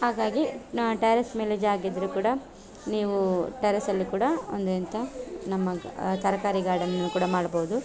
ಹಾಗಾಗಿ ನಾ ಟ್ಯಾರಿಸ್ ಮೇಲೆ ಜಾಗ ಇದ್ರೂ ಕೂಡ ನೀವು ಟ್ಯಾರಿಸಲ್ಲಿ ಕೂಡ ಒಂದು ಎಂಥ ನಮ್ಮ ತರಕಾರಿ ಗಾರ್ಡನನ್ನು ಕೂಡ ಮಾಡ್ಬೋದು